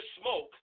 smoke